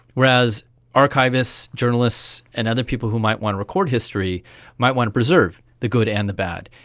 whereas archivists, journalists and other people who might want to record history might want to preserve the good and the bad.